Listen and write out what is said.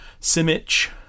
Simic